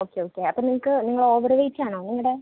okay okay അപ്പോൾ നിങ്ങൾക്ക് നിങ്ങൾ ഓവർ വെയ്റ്റ് ആണോ നിങ്ങളുടെ